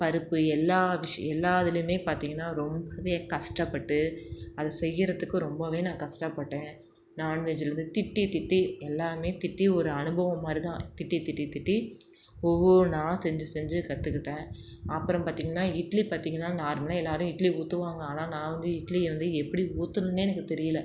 பருப்பு எல்லா டிஷ்ஷு எல்லா இதுலேயுமே பார்த்திங்கன்னா ரொம்பவே கஷ்டப்பட்டு அதை செய்கிறத்துக்கு ரொம்பவே நான் கஷ்டப்பட்டேன் நான்வெஜ்ஜுலேருந்து திட்டித் திட்டி எல்லாமே திட்டி ஒரு அனுபவம் மாதிரி தான் திட்டித் திட்டித் திட்டி ஒவ்வொன்றா செஞ்சு செஞ்சு கற்றுக்கிட்டேன் அப்புறம் பார்த்திங்கன்னா இட்லி பார்த்திங்கன்னா நார்மலாக எல்லோரும் இட்லி ஊற்றுவாங்க ஆனால் நான் வந்து இட்லியை வந்து எப்படி ஊற்றணுன்னே எனக்கு தெரியல